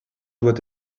doit